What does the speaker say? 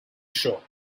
show